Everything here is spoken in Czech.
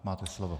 Máte slovo.